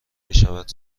میشود